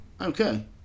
Okay